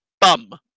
bum